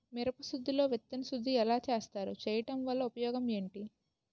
మిరప లో విత్తన శుద్ధి ఎలా చేస్తారు? చేయటం వల్ల ఉపయోగం ఏంటి?